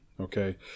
Okay